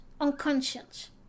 unconscious